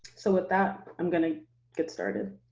so with that, i'm gonna get started.